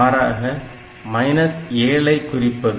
மாறாக 7 ஐ குறிப்பது